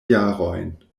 jarojn